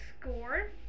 score